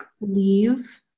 leave